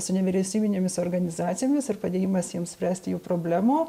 su nevyriausybinėmis organizacijomis ir padėjimas jiems spręsti jų problemų